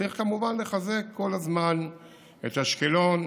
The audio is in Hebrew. צריך כמובן לחזק כל הזמן את אשקלון,